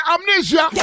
Amnesia